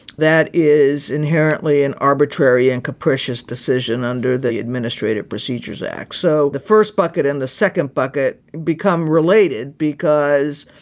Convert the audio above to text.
that is inherently an arbitrary and capricious decision under the administrative procedures act. so the first bucket and the second bucket become related because,